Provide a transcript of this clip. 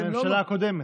של הממשלה הקודמת,